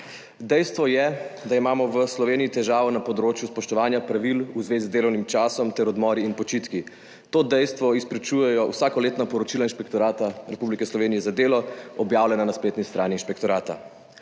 Dejstvo je, da imamo v Sloveniji težave na področju spoštovanja pravil v zvezi z delovnim časom ter odmori in počitki. To dejstvo izpričujejo vsakoletna poročila Inšpektorata Republike Slovenije za delo, objavljena na spletni strani inšpektorata.